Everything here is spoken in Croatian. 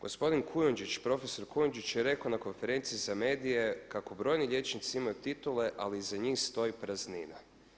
Gospodin prof. Kujundžić je rekao na konferenciji za medije kako brojni liječnici imaju titule ali iza njih stoji praznina.